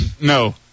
No